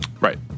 Right